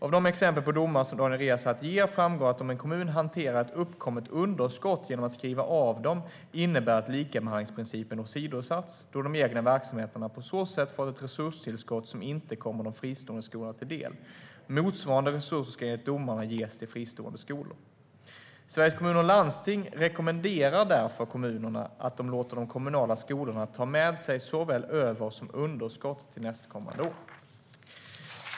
Av de exempel på domar som Daniel Riazat ger framgår att om en kommun hanterar ett uppkommet underskott genom att skriva av det innebär det att likabehandlingsprincipen åsidosatts, då de egna verksamheterna på så sätt får ett resurstillskott som inte kommer de fristående skolorna till del. Motsvarande resurser ska enligt domarna ges till de fristående skolorna. Sveriges Kommuner och Landsting rekommenderar därför kommunerna att de låter de kommunala skolorna ta med sig såväl över som underskott till nästkommande år.